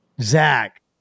Zach